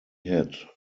had